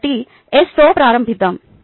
కాబట్టి S తో ప్రారంభిద్దాం